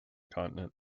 continent